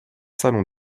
salons